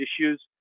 issues